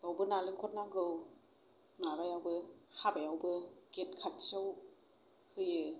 बेयावबो नालेंखर नांगौ माबायावबो हाबायावबो गेट खाथियाव होयो